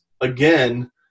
again